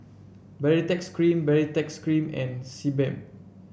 Baritex Cream Baritex Cream and Sebamed